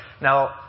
Now